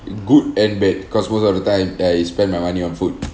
good and bad because most of the time I spend my money on food